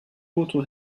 autres